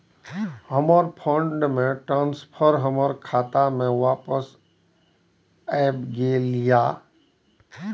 हमर fund transfer हमर खाता में वापस आब गेल या